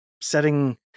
setting